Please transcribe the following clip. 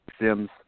Sims